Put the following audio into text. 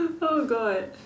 oh god